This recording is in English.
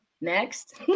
next